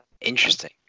Interesting